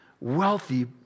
wealthy